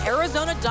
Arizona